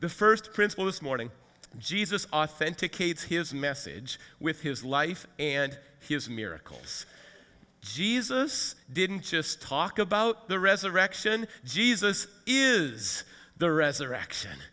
the first principle this morning jesus authenticates his message with his life and his miracles jesus didn't just talk about the resurrection jesus is the resurrection